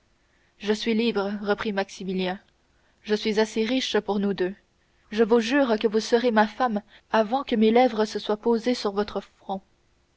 je suis libre reprit maximilien je suis assez riche pour nous deux je vous jure que vous serez ma femme avant que mes lèvres se soient posées sur votre front